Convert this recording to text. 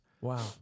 Wow